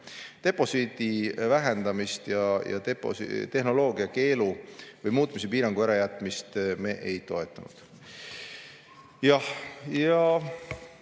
Deposiidi vähendamist ja tehnoloogia muutmise piirangu ärajätmist me ei toetanud.